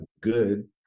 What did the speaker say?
good